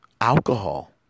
alcohol